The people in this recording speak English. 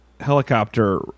helicopter